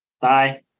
Bye